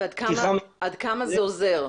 עד כמה זה עוזר?